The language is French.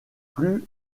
plus